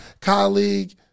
colleague